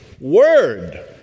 word